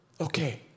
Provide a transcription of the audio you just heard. Okay